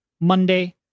Monday